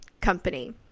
company